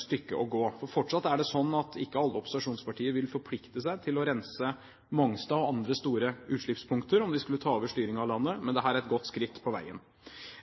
stykke å gå. Fortsatt er det sånn at ikke alle opposisjonspartier vil forplikte seg til å rense Mongstad og andre store utslippspunkter om de skulle ta over styringen av landet. Men dette er et godt skritt på veien.